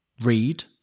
read